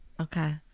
Okay